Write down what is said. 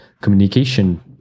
communication